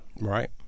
Right